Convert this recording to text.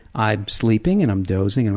i'm sleeping and i'm dozing, and